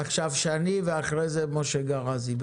עכשיו שני ואחרי זה משה גראזי.